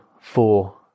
four